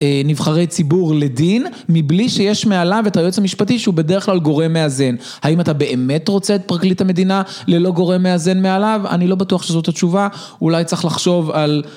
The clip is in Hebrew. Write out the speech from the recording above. נבחרי ציבור לדין מבלי שיש מעליו את היועץ המשפטי שהוא בדרך כלל גורם מאזן האם אתה באמת רוצה את פרקליט המדינה ללא גורם מאזן מעליו אני לא בטוח שזאת התשובה אולי צריך לחשוב על